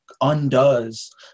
undoes